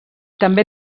també